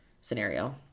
scenario